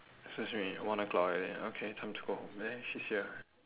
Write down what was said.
excuse me one o-clock already okay time to go home there she's here